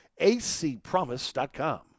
acpromise.com